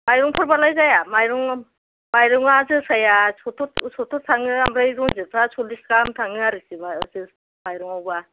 माइरंफोरबालाय जाया माइरं माइरङा जोसाया सत्तुर थाङो ओमफ्राय रनजितफ्रा सल्लिस गाहाम थाङो आरोखि माइरङावबा